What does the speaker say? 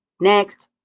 Next